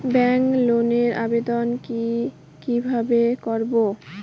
Bank লোনের আবেদন কি কিভাবে করব?